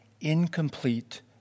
incomplete